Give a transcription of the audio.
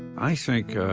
i think